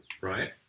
Right